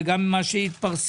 וגם ממה שהתפרסם,